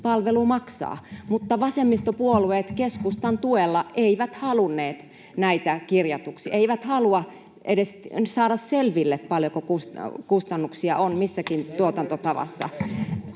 palvelu maksaa, mutta vasemmistopuolueet keskustan tuella eivät halunneet näitä kirjatuiksi, eivät halunneet edes saada selville, paljonko kustannuksia on missäkin tuotantotavassa.